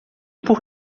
por